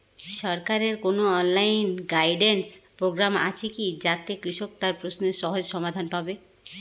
সরকারের কোনো online guidance program আছে কি যাতে কৃষক তার প্রশ্নের সহজ সমাধান পাবে?